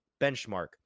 benchmark